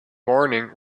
morning